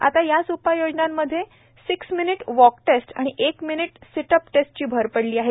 आता याच उपाययोजनांमध्ये सिक्स मिनीट वॉक टेस्ट आणि एक मिनीट सिट अप टेस्ट ची भर पडली आहे